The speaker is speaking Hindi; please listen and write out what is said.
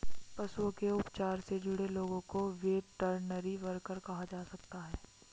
पशुओं के उपचार से जुड़े लोगों को वेटरनरी वर्कर कहा जा सकता है